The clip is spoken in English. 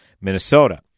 Minnesota